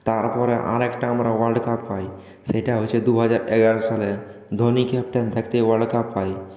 তারপরে আরেকটা আমরা ওয়ার্ল্ড কাপ পাই সেটা হচ্ছে দুহাজার এগারো সালে ধোনি ক্যাপ্টেন থাকতে ওয়ার্ল্ড কাপ পাই